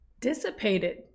dissipated